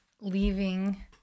leaving